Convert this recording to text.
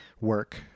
work